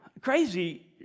Crazy